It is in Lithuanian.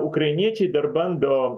ukrainiečiai dar bando